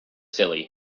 silly